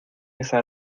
esa